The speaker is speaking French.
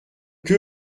que